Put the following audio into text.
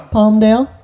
Palmdale